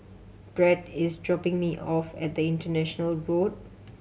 Bret is dropping me off at the International Road